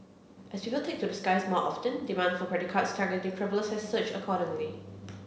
as people take to the skies more often demand for credit cards targeting travellers has surged accordingly